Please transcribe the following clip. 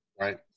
Right